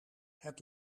het